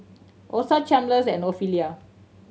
Osa Chalmers and Ofelia